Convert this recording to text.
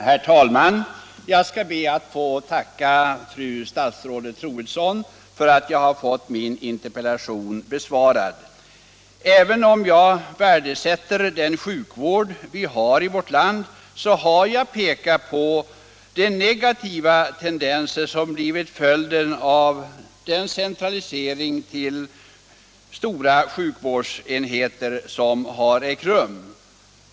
Herr talman! Jag skall be att få tacka fru statsrådet Troedsson för att jag fått min interpellation besvarad. Även om jag uppskattar den sjukvård vi har i vårt land, så har jag pekat på de negativa tendenser som blivit följden av den centralisering till stora sjukvårdsenheter som har ägt rum.